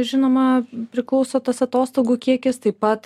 žinoma priklauso tas atostogų kiekis taip pat